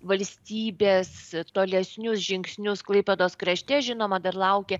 valstybės tolesnius žingsnius klaipėdos krašte žinoma dar laukia